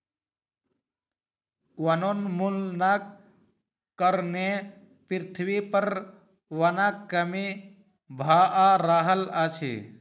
वनोन्मूलनक कारणें पृथ्वी पर वनक कमी भअ रहल अछि